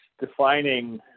defining